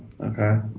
Okay